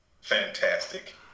Fantastic